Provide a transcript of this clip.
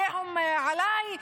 עליהום עליי,